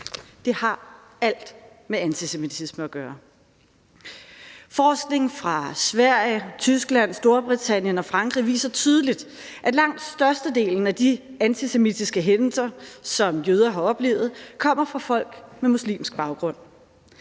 Det har alt med antisemitisme at gøre! Forskning fra Sverige, Tyskland, Storbritannien og Frankrig viser tydeligt, at langt størstedelen af de antisemitiske hændelser, som jøder har oplevet, kommer fra folk med muslimsk baggrund.